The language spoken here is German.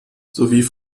sowie